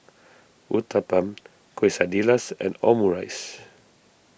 Uthapam Quesadillas and Omurice